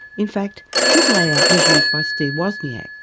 in fact his layout was used by steve wozniak,